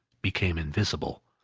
became invisible,